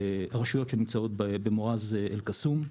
הרשויות שנמצאות במוא"ז אל קסום,